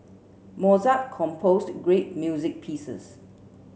Mozart composed great music pieces